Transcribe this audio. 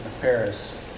Paris